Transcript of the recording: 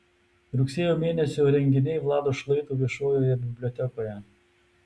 rugsėjo mėnesio renginiai vlado šlaito viešojoje bibliotekoje